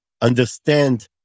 understand